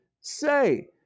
say